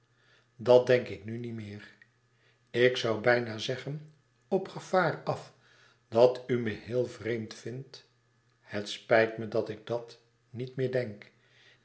dat denk ik nu niet meer en ik zoû bijna zeggen op gevaar af dat u me heel vreemd vindt het spijt me dat ik dat niet meer denk